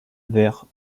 vers